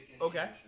Okay